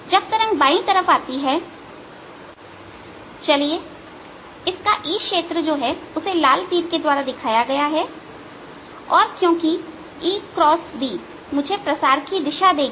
जब तरंग बाई तरफ से आती है चलिए इसका E क्षेत्र को लाल तीर के द्वारा दिखाया गया है और क्योंकि E x B मुझे प्रसार की दिशा देगा